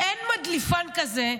ואין מדליפן כזה.